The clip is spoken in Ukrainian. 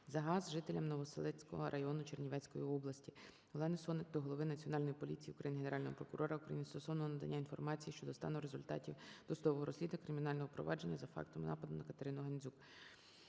за газ жителям Новоселицького району Чернівецької області. Олени Сотник до голови Національної поліції України, Генерального прокурора України стосовно надання інформації щодо стану та результатів досудового розслідування кримінального провадження за фактом нападу на КатеринуГандзюк.